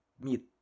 meat